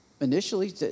Initially